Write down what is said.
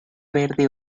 verde